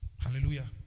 Hallelujah